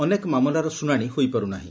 ଅନେକ ମାମଲାର ଶୁଣାଣି ହୋଇପାରୁ ନାହି